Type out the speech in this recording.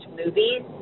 movies